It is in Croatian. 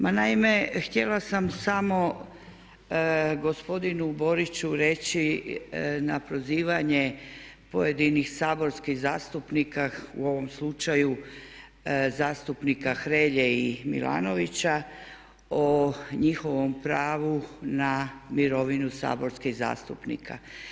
Ma naime htjela sam samo gospodinu Boriću reći na prozivanje pojedinih saborskih zastupnika u ovom slučaju, zastupnika Hrelje i Milanovića o njihovom pravu na mirovinu saborskih zastupnika.